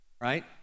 right